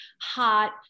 hot